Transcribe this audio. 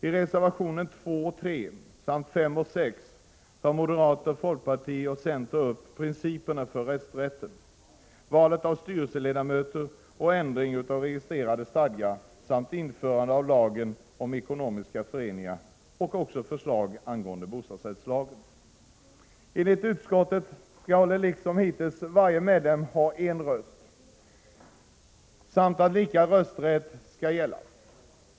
I reservationerna 2 och 3 samt 5 och 6 tar moderater, folkpartister och centerpartister upp principerna för rösträtt, valet av styrelseledamöter, ändring av registrerade stadgar, införandet av lagen om ekonomiska föreningar och förslag angående bostadsrättslagen. Enligt utskottet skall liksom hittills varje medlem ha en röst och lika rösträtt skall gälla.